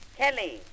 Kelly